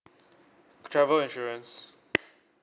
travel insurance